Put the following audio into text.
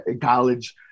college